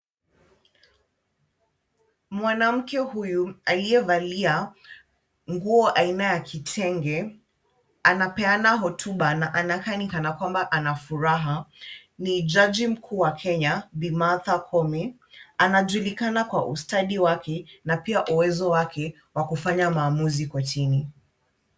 Mwanamke huyu aliyevalia nguo aina ya kitenge anapeana hotuba na anakaa ni kana kwamba ana furaha. Ni jaji mkuu wa Kenya Bi Martha Koome, anajulikana kwa ustadi wake na pia uwezo wake wa kufanya maamuzi kortini.